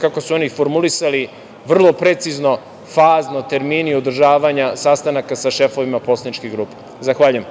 kako su oni formulisali vrlo precizno, fazno, termini održavanja sastanaka sa šefovima poslaničkih grupa. Zahvaljujem.